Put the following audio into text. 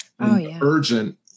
urgent